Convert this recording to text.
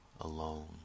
alone